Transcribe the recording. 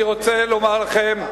אני רוצה לומר לכם,